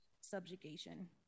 subjugation